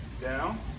Down